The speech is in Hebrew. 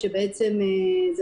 השירות מעביר מספר מסוים.